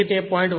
તેથી 0